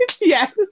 Yes